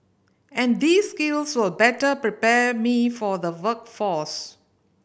and these skills will better prepare me for the workforce